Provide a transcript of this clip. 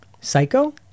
Psycho